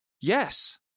Yes